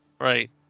Right